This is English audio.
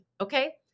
okay